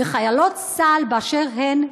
חיילות צה"ל באשר הן,